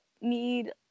need